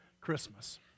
Christmas